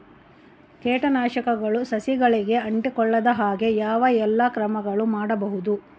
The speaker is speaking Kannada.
ಕೇಟನಾಶಕಗಳು ಸಸಿಗಳಿಗೆ ಅಂಟಿಕೊಳ್ಳದ ಹಾಗೆ ಯಾವ ಎಲ್ಲಾ ಕ್ರಮಗಳು ಮಾಡಬಹುದು?